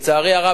לצערי הרב,